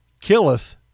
killeth